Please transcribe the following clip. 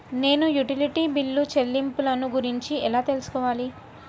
నేను utility bill చెల్లింపులను గురించి ఎలా తెలుసుకోవాలి?